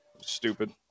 Stupid